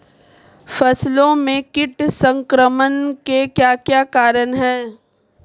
फसलों में कीट संक्रमण के क्या क्या कारण है?